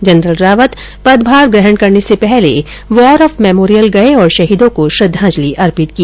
general Rawat पदभार ग्रहण करने से पहले वार ऑफ मेमोरियल गये और शहीदों को श्रद्धाजंलि अर्पित की